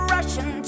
Russian